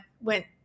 went